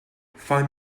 find